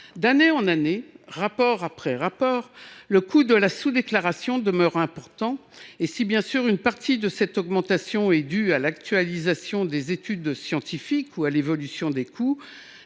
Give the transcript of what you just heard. D’année en année, rapport après rapport, le coût de la sous déclaration demeure élevé. Si, bien sûr, une partie de cette augmentation est due à l’actualisation des études scientifiques ou à l’évolution des coûts,